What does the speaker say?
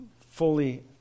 fully